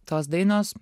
tos dainos